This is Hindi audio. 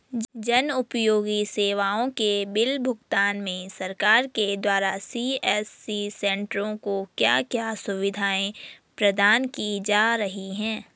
जन उपयोगी सेवाओं के बिल भुगतान में सरकार के द्वारा सी.एस.सी सेंट्रो को क्या क्या सुविधाएं प्रदान की जा रही हैं?